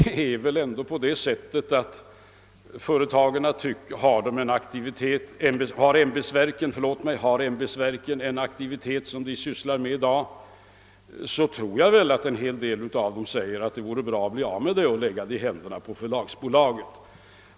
Om ämbetsverken i dag har en sådan aktivitet som de sysslar med, tror jag nog att en hel del av dem skulle säga att det vore bra att bli av med denna och lägga den i händerna på förlagsbolaget.